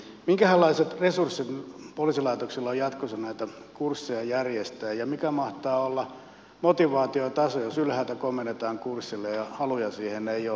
minkähänlaiset resurssit poliisilaitoksilla on jatkossa näitä kursseja järjestää ja mikä mahtaa olla motivaatiotaso jos ylhäältä komennetaan kurssille ja haluja siihen ei ole